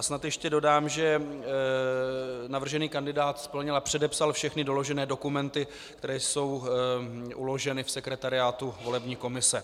Snad ještě dodám, že navržený kandidát splnil a předepsal všechny doložené dokumenty, které jsou uloženy v sekretariátu volební komise.